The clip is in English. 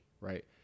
right